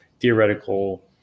Theoretical